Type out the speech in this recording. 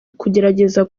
kugerageza